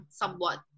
somewhat